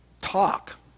talk